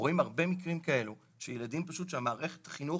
רואים הרבה מקרים כאלו של ילדים שפשוט מערכת החינוך